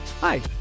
Hi